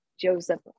joseph